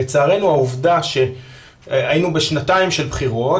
לצערנו העובדה שהיינו בשנתיים של בחירות